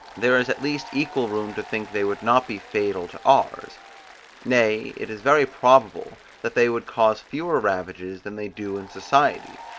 there is at least equal room to think they would not be fatal to ours nay it is very probable that they would cause fewer ravages than they do in society,